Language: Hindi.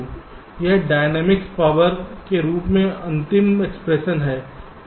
यह डायनेमिक्स पावर के लिए अंतिम एक्सप्रेशन है